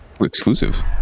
Exclusive